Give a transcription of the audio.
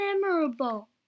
memorable